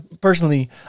personally